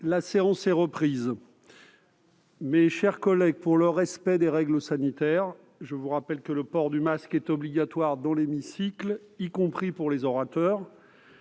La séance est reprise. Mes chers collègues, pour le respect des règles sanitaires, je vous rappelle que le port du masque est obligatoire dans l'hémicycle, y compris pour les orateurs.